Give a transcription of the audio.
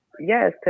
Yes